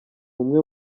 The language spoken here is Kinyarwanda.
umwe